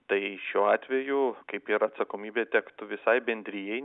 tai šiuo atveju kaip ir atsakomybė tektų visai bendrijai